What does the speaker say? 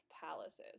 palaces